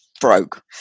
broke